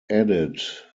edit